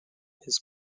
his